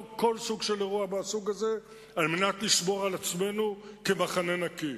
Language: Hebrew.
כל סוג של אירוע מהסוג הזה על מנת לשמור על עצמנו כמחנה נקי.